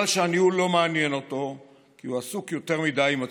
שהניהול לא מעניין אותו והוא עסוק יותר מדי עם עצמו.